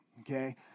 okay